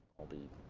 will be